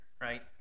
right